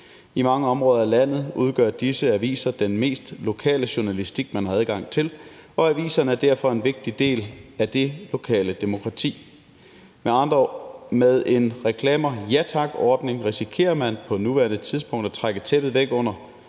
I mange områder af landet udgør disse aviser den mest lokale journalistik, man har adgang til, og aviserne er derfor en vigtig del af det lokale demokrati. Med en Reklamer Ja Tak-ordning risikerer man på nuværende tidspunkt at trække tæppet væk under